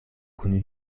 kun